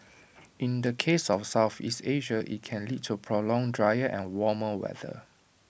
in the case of Southeast Asia IT can lead to prolonged drier and warmer weather